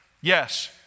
Yes